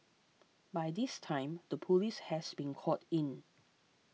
by this time the police has been called in